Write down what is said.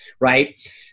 Right